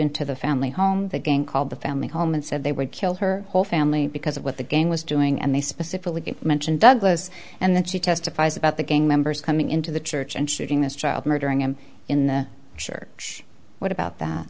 into the family home the gang called the family home and said they would kill her whole family because of what the game was doing and they specifically mentioned douglas and that she testifies about the gang members coming into the church and shooting this child murdering him in the church what about that